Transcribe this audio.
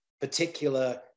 particular